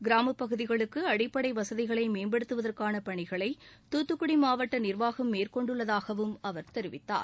கிராமப் பகுதிகளுக்கு அடிப்படை வசதிகளை மேம்படுத்துவதற்கான பணிகளை தூத்துக்குடி மாவட்ட நிர்வாகம் மேற்கொண்டுள்ளதாகவும் அவர் தெரிவித்தார்